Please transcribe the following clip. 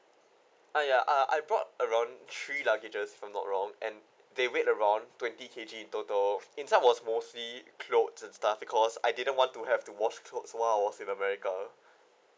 ah ya I brought around three luggages if I'm not wrong and they weight around twenty K_G in total inside was mostly cloths and stuff because I didn't want to have to wash cloths while I was in america